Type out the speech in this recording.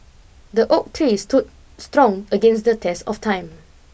the oak tree stood strong against the test of time